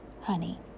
Honey